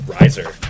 riser